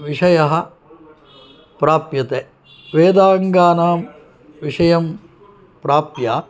विषयः प्राप्यते वेदाङ्गानां विषयं प्राप्य